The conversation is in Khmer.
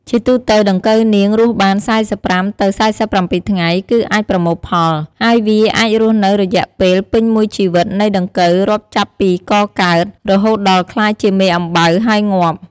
ជាទូទៅដង្កូវនាងរស់បាន៤៥ ទៅ៤៧ថ្ងៃ គឺអាចប្រមូលផល ហើយវាអាចរស់នៅរយៈពេលពេញមួយជីវិតនៃដង្កូវរាប់ចាប់ពីកកើត រហូតដល់ក្លាយជាមេអំបៅ ហើយងាប់។